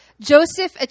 Joseph